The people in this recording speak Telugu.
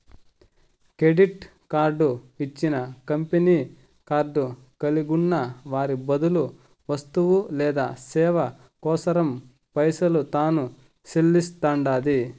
కెడిట్ కార్డు ఇచ్చిన కంపెనీ కార్డు కలిగున్న వారి బదులు వస్తువు లేదా సేవ కోసరం పైసలు తాను సెల్లిస్తండాది